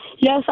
Yes